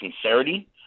sincerity